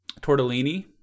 Tortellini